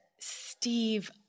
Steve